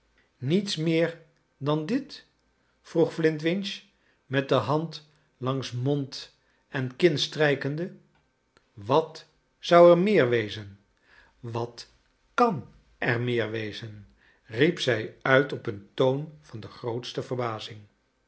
niets meer clan dit vroeg flintwinch met de hand langs mond eu kin strijkende wat zou er meer wezen wat kan er meer wezen riep zij uit op een toon van de grootste verbazing